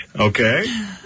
Okay